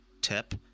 tip